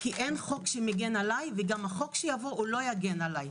כי אין חוק שמגן עליי וגם החוק שיבוא לא יגן עליי.